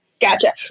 Gotcha